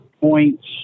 points